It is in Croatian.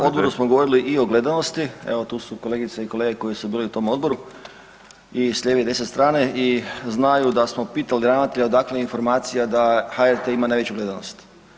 Da, na odboru smo govorili i o gledanosti, evo tu su kolegice i kolege koji su bili u tom odboru i s lijeve i s desne strane i znaju da smo pitali ravnatelja odakle informacija da HRT ima najveću gledanost.